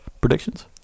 predictions